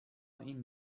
این